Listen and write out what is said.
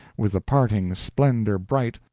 with the parting splendor bright,